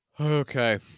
Okay